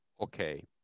okay